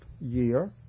year